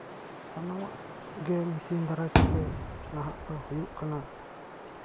ᱥᱟᱱᱟᱢᱟᱜ ᱜᱮ ᱢᱮᱥᱤᱱ ᱫᱟᱨᱟᱭ ᱛᱮᱜᱮ ᱱᱟᱦᱟᱜ ᱫᱚ ᱦᱩᱭᱩᱜ ᱠᱟᱱᱟ